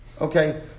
Okay